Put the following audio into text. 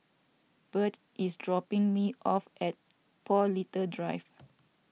Byrd is dropping me off at Paul Little Drive